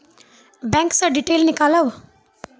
Bank से detail नीकालव?